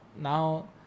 now